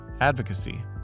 advocacy